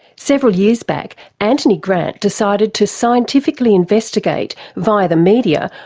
several years back anthony grant decided to scientifically investigate, via the media,